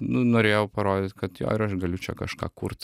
nu norėjau parodyt kad jo ir aš galiu čia kažką kurt